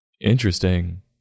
Interesting